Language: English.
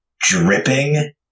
dripping